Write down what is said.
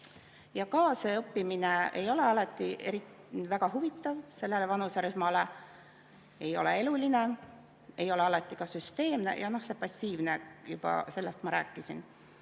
Ja ka see õppimine ei ole alati väga huvitav sellele vanuserühmale, ei ole eluline, ei ole alati süsteemne. See on passiivne. Sellest ma juba rääkisin.